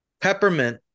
Peppermint